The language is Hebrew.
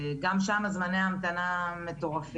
שגם שם זמני ההמתנה מטורפים.